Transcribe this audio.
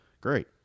Great